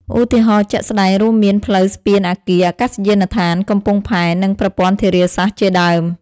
ឧទាហរណ៍ជាក់ស្ដែងរួមមាន ផ្លូវ ស្ពាន អគារ អាកាសយានដ្ឋាន កំពង់ផែ និងប្រព័ន្ធធារាសាស្ត្រ ជាដើម។